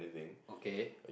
okay